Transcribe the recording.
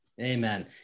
Amen